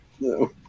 No